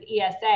ESA